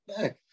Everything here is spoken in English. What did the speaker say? back